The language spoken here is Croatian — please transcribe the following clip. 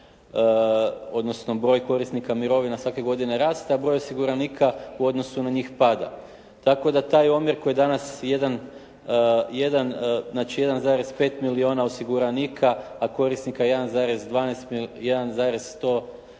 odnosno broj korisnika mirovine svake godine raste a broj osiguranika u odnosu na njih pada. Tako da taj omjer koji danas jedan, znači 1,5 milijuna osiguranika a korisnika 1,12, 1,120 tisuća